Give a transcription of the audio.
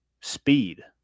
speed